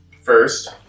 first